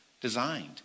Designed